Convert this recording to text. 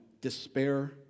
despair